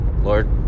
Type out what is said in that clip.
lord